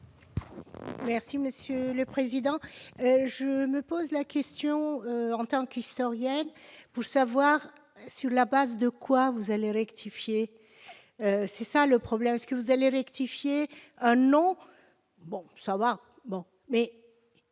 Merci monsieur le président, je me pose la question en tant qu'historien, pour savoir sur la base de quoi vous allez rectifier, c'est ça le problème, ce que vous allez rectifier un nom, bon ça va, bon mais